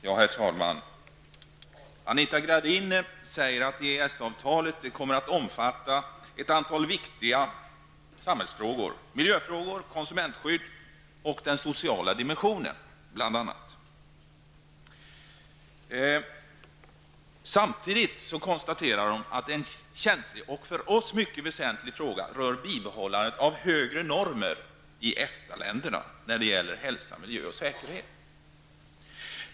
Herr talman! Anita Gradin säger att EES-avtalet kommer att omfatta ett antal viktiga samhällsfrågor, bl.a. miljöfrågor, konsumentskydd och den sociala dimensionen. Samtidigt konstaterar hon att en känslig och för oss mycket väsentlig fråga rör bibehållandet av högre normer i EFTA länderna när det gäller hälsa, miljö och säkerhet.